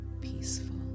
peaceful